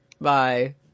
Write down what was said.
Bye